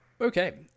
Okay